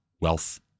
wealth